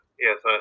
Yes